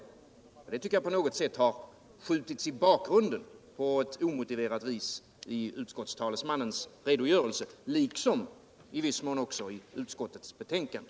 På något sätt tycker jag den delen skjutits i bakgrunden på ett omotiverat vis i utskottstalesmannens redogörelse, liksom i viss mån även i utskottets betänkande.